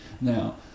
Now